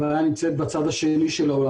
הבעיה נמצאת בצד השני של העולם.